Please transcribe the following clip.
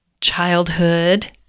childhood